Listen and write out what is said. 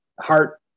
heart